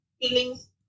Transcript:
feelings